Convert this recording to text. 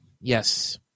Yes